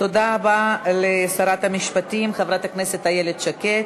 תודה רבה לשרת המשפטים חברת הכנסת איילת שקד.